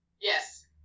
Yes